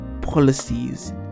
policies